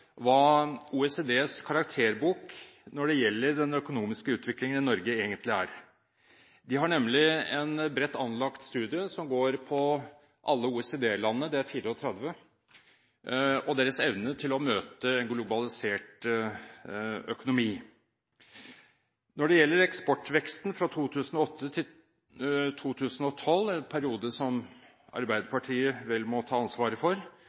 hva OECDs karakterbok når det gjelder den økonomiske utviklingen i Norge, egentlig viser. De har nemlig en bredt anlagt studie som går på alle OECD-landene – det er 34 – og deres evne til å møte globalisert økonomi. Når det gjelder eksportveksten fra 2008 til 2012, en periode Arbeiderpartiet vel må ta ansvaret for,